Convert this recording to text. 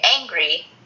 angry